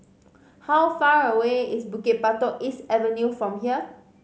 how far away is Bukit Batok East Avenue from here